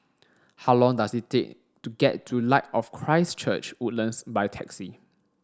how long does it take to get to Light of Christ Church Woodlands by taxi